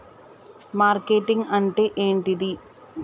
Marketing అంటే ఏంటిది?